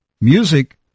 Music